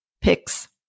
picks